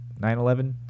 9-11